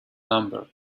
number